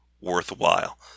worthwhile